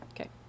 Okay